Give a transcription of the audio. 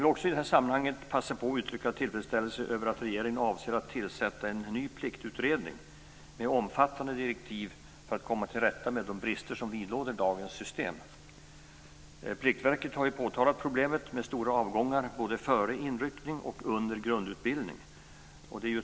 I detta sammanhang vill jag också passa på att uttrycka tillfredsställelse över att regeringen avser att tillsätta en ny pliktutredning med omfattande direktiv för att komma till rätta med de brister som vidlåder dagens system. Pliktverket har påtalat problemet med stora avgångar både före inryckning och under grundutbildning.